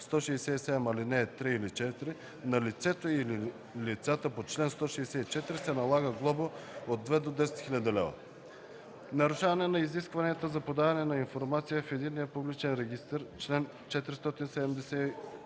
167, ал. 3 или 4, на лицето или лицата по чл. 164 се налага глоба от 2000 до 10 000 лв.” „Нарушаване на изискванията за подаване на информация в единния публичен регистър” – чл. 478.